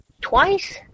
twice